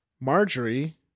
Marjorie